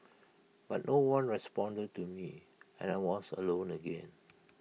but no one responded to me and I was alone again